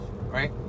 right